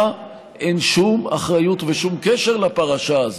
אין שום אחריות ושום קשר לפרשה הזאת.